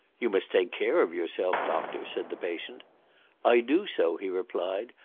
you must take care of yourself, doctor, said the patient i do so, he replied,